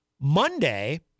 Monday